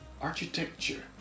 architecture